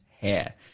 hair